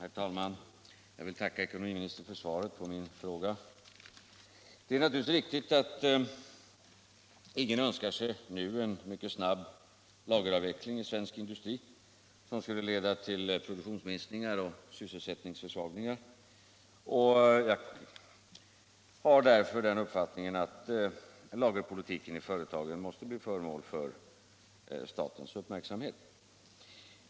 Herr talman! Jag vill tacka ekonomiministern för svaret på min fråga. Det är naturligtvis riktigt att ingen nu önskar sig en mycket snabb lageravveckling i svensk industri, som skulle leda till produktionsminskningar och sysselsättningsförsvagningar. Jag har därför den uppfattningen att lagerpolitiken i företagen måste bli föremål för statens uppmärksamhet.